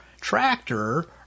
tractor